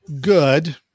good